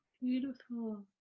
Beautiful